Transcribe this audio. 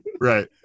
Right